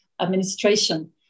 administration